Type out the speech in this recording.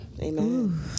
Amen